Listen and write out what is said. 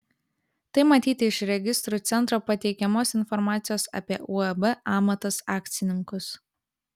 tai matyti iš registrų centro pateikiamos informacijos apie uab amatas akcininkus